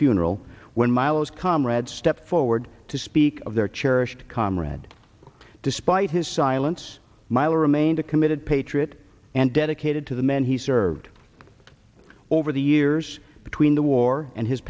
funeral when milo's comrades stepped forward to speak of their cherished comrade despite his silence myler remained a committed patriot and dedicated to the men he served over the years between the war and his